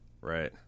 Right